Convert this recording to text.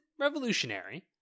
revolutionary